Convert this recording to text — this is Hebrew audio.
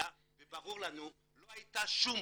לא הייתה שום